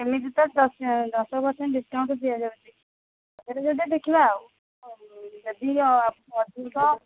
ଏମିତି ତ ଦଶ ପର୍ସେଣ୍ଟ୍ ଡିସ୍କାଉଣ୍ଟ୍ ଦିଆଯାଉଛି ତା ଯଦି ଦେଖିବା ଆଉ ଯଦି ଅଧିକ